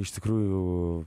iš tikrųjų